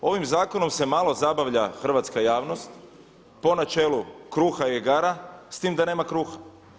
Ovim zakonom se malo zabavlja hrvatska javnost po načelu kruha i igara, s tim da nema kruha.